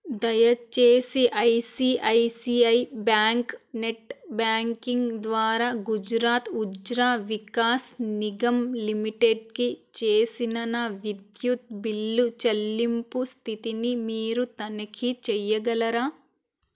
దయచేసి I C I C I bank net banking ద్వారా గుజరాత్ ఉర్జా వికాస్ నిగమ్ లిమిటెడ్కి చేసిన నా విద్యుత్ బిల్లు చెల్లింపు స్థితిని మీరు తనిఖీ చేయగలరా